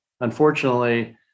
unfortunately